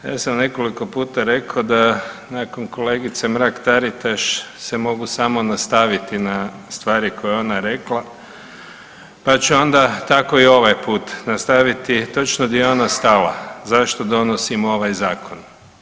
Ja sam nekoliko puta rekao da nakon kolegice Mrak Taritaš se mogu samo nastaviti na stvari koje je ona rekla, pa ću onda tako i ovaj put nastaviti točno gdje je ona stala zašto donosimo ovaj Zakon.